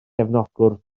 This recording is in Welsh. gefnogwr